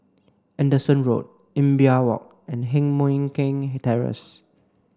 Anderson Road Imbiah Walk and Heng Mui Keng Terrace